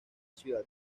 ciudad